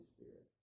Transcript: Spirit